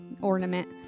ornament